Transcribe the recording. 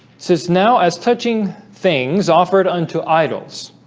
since now as touching things offered unto idols